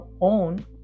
own